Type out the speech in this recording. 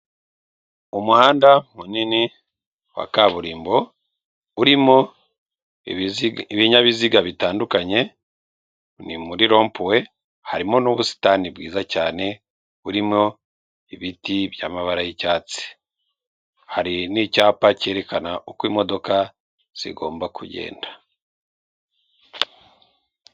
Umuhanda munini wa kaburimbo urimo ibinyabiziga bitandukanye, ni muri ropuwe, harimo n'ubusitani bwiza cyane, burimo ibiti by'amabara y'icyatsi, hari n'icyapa cyerekana uko imodoka zigomba kugenda.